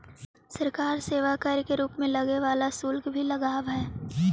सरकार सेवा कर के रूप में लगे वाला शुल्क भी लगावऽ हई